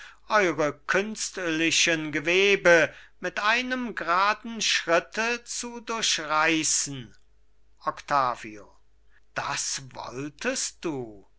künstlichen gewebe mit einem graden schritte zu durchreißen octavio das wolltest du